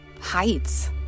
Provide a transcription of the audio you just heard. heights